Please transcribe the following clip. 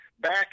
back